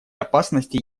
опасности